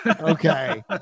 Okay